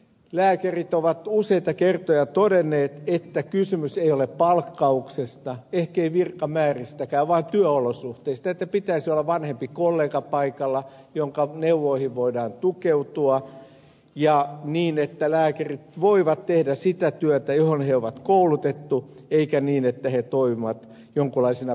lääkärit ovat useita kertoja todenneet että kysymys ei ole palkkauksesta ehkei virkamääristäkään vaan työolosuhteista että pitäisi olla vanhempi kollega paikalla jonka neuvoihin voidaan tukeutua ja niin että lääkärit voivat tehdä sitä työtä johon heidät on koulutettu eikä niin että he toimivat jonkinlaisina pikku byrokraatteina